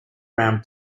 round